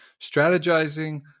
strategizing